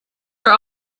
were